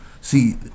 See